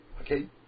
Okay